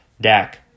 Dak